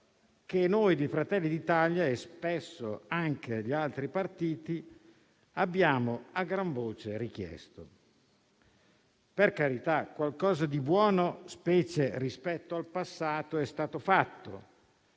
del Gruppo Fratelli d'Italia - e spesso anche degli altri partiti - abbiamo a gran voce richiesto. Per carità, qualcosa di buono, specie rispetto al passato, è stato fatto.